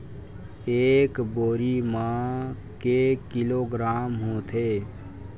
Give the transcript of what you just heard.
एक बोरी म के किलोग्राम होथे?